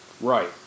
Right